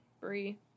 Brie